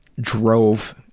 drove